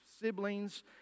siblings